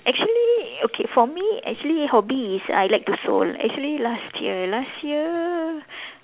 actually okay for me actually hobby is I like to sew actually last year last year